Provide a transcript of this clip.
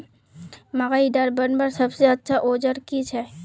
मकईर डेरा बनवार सबसे अच्छा औजार की छे?